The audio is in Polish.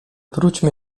wróćmy